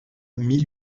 mille